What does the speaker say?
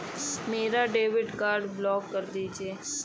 मेरा debit card block कर दीजिए